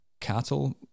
Cattle